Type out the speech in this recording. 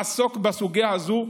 לעסוק בסוגיה הזאת,